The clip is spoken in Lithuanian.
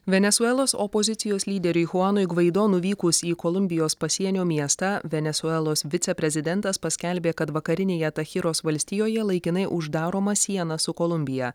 venesuelos opozicijos lyderiui chuanui gvaido nuvykus į kolumbijos pasienio miestą venesuelos viceprezidentas paskelbė kad vakarinėje tachiros valstijoje laikinai uždaroma siena su kolumbija